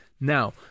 Now